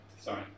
Sorry